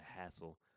hassle